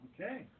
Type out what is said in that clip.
Okay